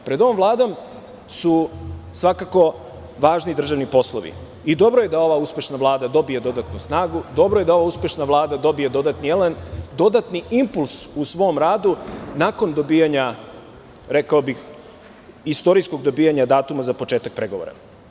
Pred ovom Vladom su svakako važni državni poslovi i dobro je da ova uspešna Vlada dobije dodatnu snagu, dobro je da ova uspešna Vlada dobije dodatni elan, dodatni impuls u svom radu nakon dobijanja, rekao bih, istorijskog dobijanja datuma za početak pregovora.